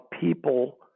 people